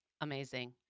Amazing